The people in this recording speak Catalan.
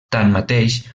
tanmateix